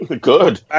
good